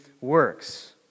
works